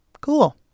Cool